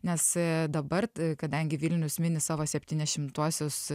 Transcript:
nes dabar kadangi vilnius mini savo septyniašimtuosius